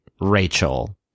Rachel